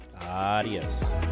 Adios